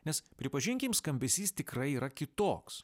nes pripažinkim skambesys tikrai yra kitoks